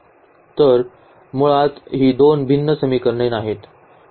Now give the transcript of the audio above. तर मुळात ही दोन भिन्न समीकरणे नाहीत